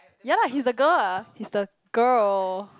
ya lah he is a girl ah he's the girl